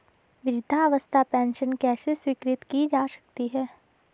वृद्धावस्था पेंशन किसे स्वीकृत की जा सकती है?